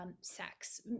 sex